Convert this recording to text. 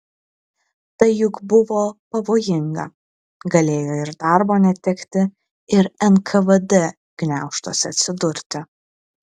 tai juk buvo pavojinga galėjo ir darbo netekti ir nkvd gniaužtuose atsidurti